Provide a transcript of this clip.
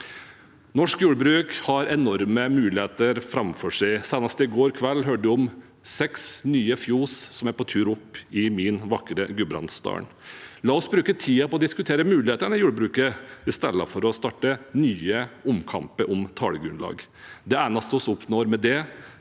Norsk jordbruk har enorme muligheter framfor seg. Senest i går kveld hørte jeg om seks nye fjøs som er på vei opp i min vakre Gudbrandsdalen. La oss bruke tiden på å diskutere mulighetene i jordbruket i stedet for å starte nye omkamper om tallgrunnlag. Det eneste vi oppnår med det,